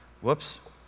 Whoops